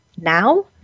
now